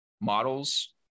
models